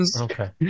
Okay